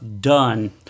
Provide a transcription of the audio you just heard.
done